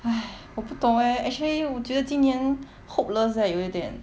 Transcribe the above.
!hais! 我不懂 eh actually 我觉得今年 hopeless eh 有一点